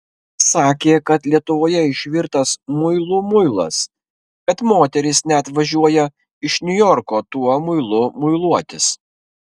sakė kad lietuvoje išvirtas muilų muilas kad moterys net važiuoja iš niujorko tuo muilu muiluotis